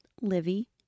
Livy